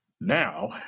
now